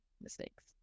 mistakes